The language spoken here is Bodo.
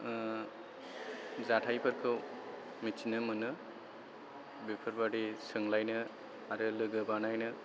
जाथायफोरखौ मिथिनो मोनो बेफोरबायदि सोंलायनो आरो लोगो बानायनो